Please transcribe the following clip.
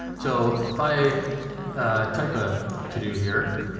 so, if i type a to-do here,